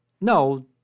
no